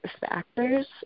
factors